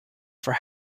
for